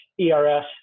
ERS